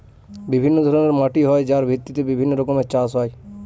বিভিন্ন ধরনের মাটি হয় যার ভিত্তিতে বিভিন্ন রকমের চাষ হয়